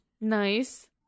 Nice